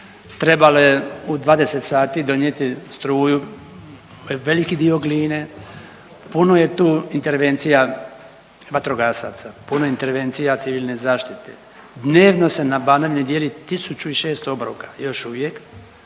Trebalo je 20 sati donijeti struju u veliki dio Gline, puno je tu intervencija vatrogasaca, puno intervencija civilne zaštite, dnevno se na Banovini dijeli 1.600 obroka još uvijek